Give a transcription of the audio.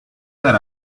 that